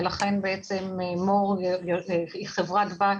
ולכן בעצם מור היא חברת בת,